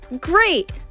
Great